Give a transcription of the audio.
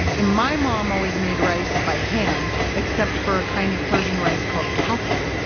and my mom always made rice by hand, except for a kind of persian rice called kateh,